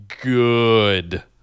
good